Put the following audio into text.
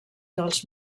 dels